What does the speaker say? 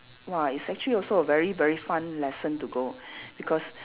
!wah! it's actually also a very very fun lesson to go because